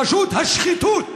רשות השחיתות?